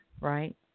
right